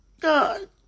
God